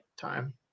time